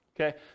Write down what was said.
okay